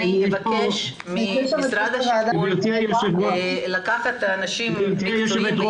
אבקש ממשרד הבינוי והשיכון לקחת את האנשים המקצועיים,